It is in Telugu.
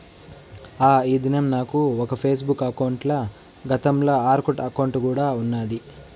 ఆ, ఈ దినం నాకు ఒక ఫేస్బుక్ బుక్ అకౌంటల, గతంల ఆర్కుట్ అకౌంటు కూడా ఉన్నాది